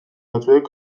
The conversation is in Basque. batzuek